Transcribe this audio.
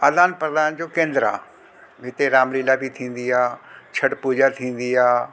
आदान प्रदान जो केंद्र आहे हिते रामलीला बि थींदी आहे छट पूजा थींदी आहे